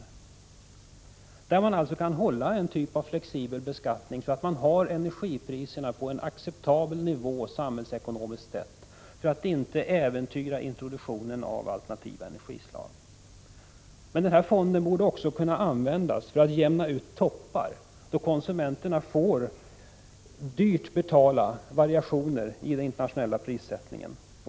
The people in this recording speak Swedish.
Det skulle innebära att man kunde ha något slags flexibel beskattning, så att energipriserna kunde hållas på en samhällsekonomiskt sett acceptabel nivå. Därigenom skulle man inte äventyra introduktionen av alternativa energislag. Men en sådan fond borde också kunna användas för att jämna ut toppar, då konsumenterna dyrt får betala variationer i den internationella prissättningen.